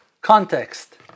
context